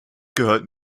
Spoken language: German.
gehört